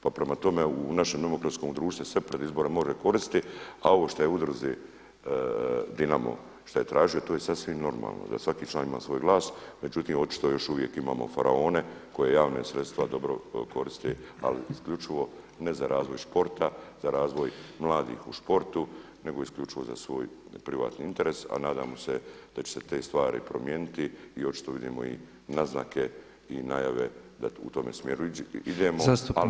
Pa prema tome u našem demokratskom društvu sve pred izbore može koristiti a ovo što je udruzi Dinamo šta je tražio to je sasvim normalno da svaki član ima svoj glas, međutim očito još uvijek imamo Faraone koji javna sredstva dobro koriste ali isključivo ne za razvoj športa, za razvoj mladih u športu nego isključivo za svoj privatni interes a nadamo se da će se te stvari promijeniti i očito vidimo i naznake i najave da u tome smjeru idemo ali ne smijemo odustati.